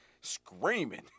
screaming